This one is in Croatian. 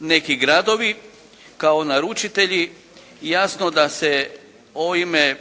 neki gradovi kao naručitelji jasno da se ovime